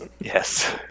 Yes